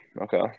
okay